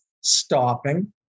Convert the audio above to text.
stopping